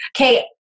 Okay